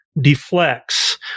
deflects